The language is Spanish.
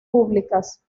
públicas